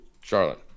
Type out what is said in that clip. Charlotte